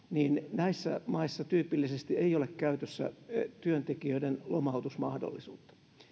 näissä maissa tyypillisesti ei ole käytössä työntekijöiden lomautusmahdollisuutta